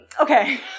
okay